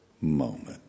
moment